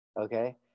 Okay